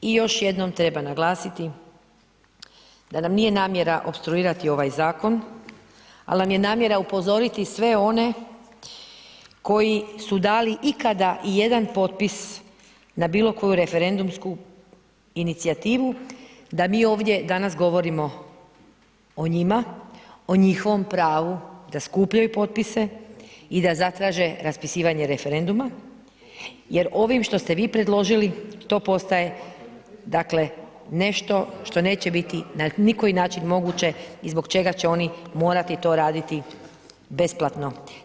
I još jednom treba naglasiti da nam nije namjera opstruirati ovaj zakon, al nam je namjera upozoriti sve one koji su dali ikada i jedan potpis na bilo koju referendumsku inicijativu da mi ovdje danas govorimo o njima, o njihovom pravu da skupljaju potpisa i da zatraže raspisivanje referenduma jer ovim što ste vi predložili to postaje, dakle nešto što neće biti na nikoji način moguće i zbog čega će oni morati to raditi besplatno.